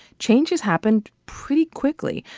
change has happened pretty quickly,